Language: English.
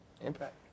Impact